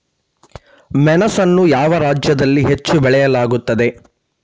ಮೆಣಸನ್ನು ಯಾವ ರಾಜ್ಯದಲ್ಲಿ ಹೆಚ್ಚು ಬೆಳೆಯಲಾಗುತ್ತದೆ?